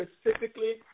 specifically